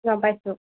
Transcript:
গম পাইছোঁ